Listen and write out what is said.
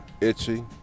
itchy